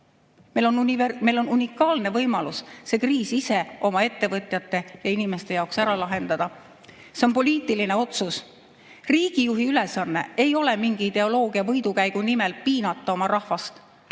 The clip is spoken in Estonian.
Meil on unikaalne võimalus see kriis ise oma ettevõtjate ja inimeste jaoks ära lahendada. See on poliitiline otsus. Riigijuhi ülesanne ei ole mingi ideoloogia võidukäigu nimel piinata oma rahvast.